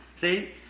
See